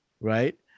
Right